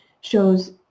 shows